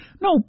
no